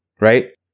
right